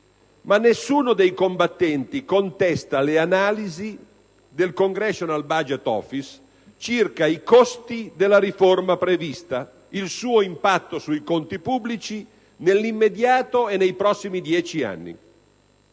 ma nessuno dei combattenti contesta le analisi del *Congressional Budget Office* circa i costi della riforma prevista, il suo impatto sui conti pubblici nell'immediato e nei prossimi dieci anni.